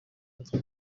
natwe